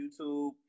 YouTube